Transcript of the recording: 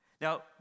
Now